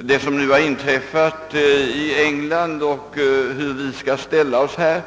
det som nu inträffat i England och om hur vi skall ställa oss därvidlag.